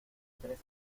tres